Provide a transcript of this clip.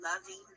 loving